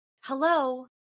Hello